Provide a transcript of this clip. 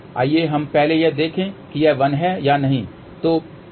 आइए हम पहले यह देखें कि यह 1 है या नहीं